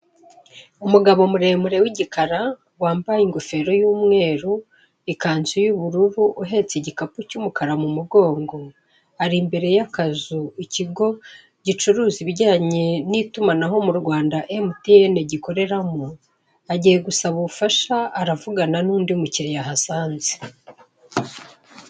Umugabo muremure w'igikara wambaye ingofero y'umweru, ikanzu y'ubururu, uhetse igikapu cy'umukara mu mugongo. Ari imbere y'akazu ikigo gicuruza ibijyanye n'itumanaho mu Rwanda emutiyeni gikoreramo. Agiye gusaba ubufasha, aravugana nundi mu kiriya ahasanze.